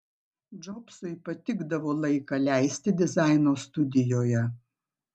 džobsui patikdavo laiką leisti dizaino studijoje